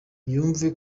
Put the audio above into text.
yumve